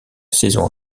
saison